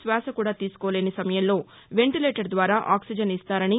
శ్వాస కూడా తీసుకోలేని సమయంలో వెంటిలేటర్ ద్వారా ఆక్సిజన్ ఇస్తారని